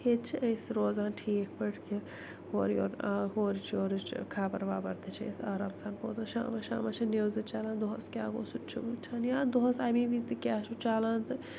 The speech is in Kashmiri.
ییٚتہِ چھِ أسۍ روزان ٹھیٖک پٲٹھۍ کہِ ہورٕ یور آ ہورٕچ خبر وبر تہِ چھِ أسۍ آرام سان بوزان شامس شامس چھِ نِوزٕ چَلان دۄہس کیٛاہ گوٚو سُہ تہِ چھِ وٕچھان یا دۄہس آمی ییٚمہِ وِزِ تہٕ کیٛاہ چھُ چَلان تہٕ